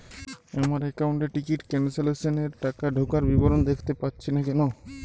আমার একাউন্ট এ ticket cancellation এর টাকা ঢোকার বিবরণ দেখতে পাচ্ছি না কেন?